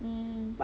mm